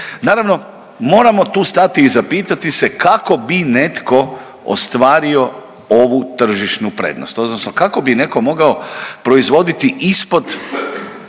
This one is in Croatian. Naravno, moramo tu stati i zapitati se kako bi netko ostvario ovu tržišnu prednost odnosno kako bi neko mogao proizvoditi ispod